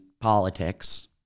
politics